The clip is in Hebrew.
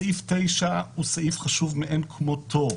סעיף 9 הוא סעיף חשוב מאין כמותו.